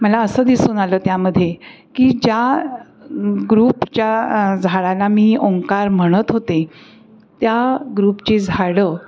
मला असं दिसून आलं त्यामध्ये की ज्या ग्रुपच्या झाडाना मी ओंकार म्हणत होते त्या ग्रुपची झाडं